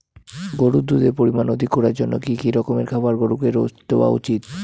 গরুর দুধের পরিমান অধিক করার জন্য কি কি রকমের খাবার গরুকে রোজ দেওয়া উচিৎ?